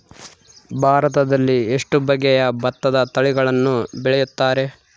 ಭಾರತದಲ್ಲಿ ಎಷ್ಟು ಬಗೆಯ ಭತ್ತದ ತಳಿಗಳನ್ನು ಬೆಳೆಯುತ್ತಾರೆ?